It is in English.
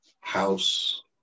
house